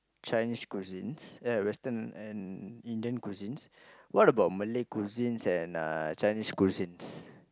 Chinese cuisines eh Western and Indian cuisines what about Malay cuisines and uh Chinese cuisines